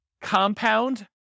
compound